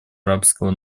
арабского